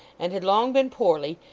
and had long been poorly,